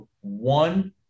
one